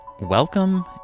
welcome